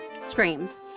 screams